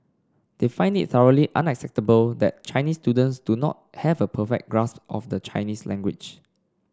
they find it thoroughly unacceptable that Chinese students do not have a perfect grasp of the Chinese language